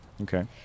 Okay